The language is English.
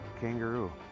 kangaroo